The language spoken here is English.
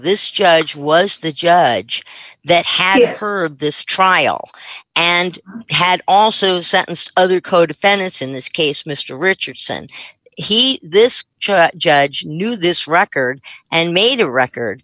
this judge was the judge that had heard of this trial and had also sentenced other co defendants in this case mr richardson he this judge knew this record and made a record